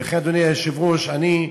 ולכן, אדוני היושב-ראש, אני,